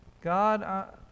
God